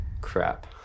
crap